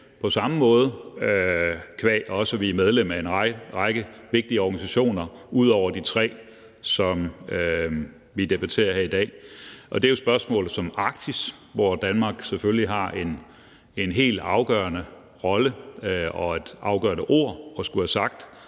på samme måde – qua at vi er medlem af en række vigtige organisationer ud over de tre, som vi debatterer her i dag. Det er jo spørgsmål som Arktis, hvor Danmark selvfølgelig har en helt afgørende rolle og et afgørende ord at skulle have sagt,